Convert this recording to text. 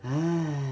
!hais!